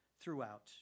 throughout